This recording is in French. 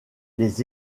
les